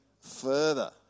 further